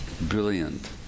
Brilliant